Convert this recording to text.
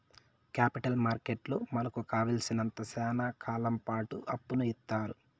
capital మార్కెట్లో మనకు కావాలసినంత శ్యానా కాలంపాటు అప్పును ఇత్తారు